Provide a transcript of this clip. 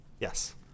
Yes